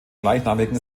gleichnamigen